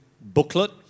booklet